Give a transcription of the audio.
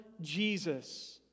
Jesus